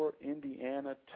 Indiana